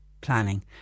planning